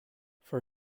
for